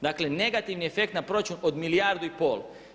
Dakle, negativni efekt na proračun od milijardu i pol.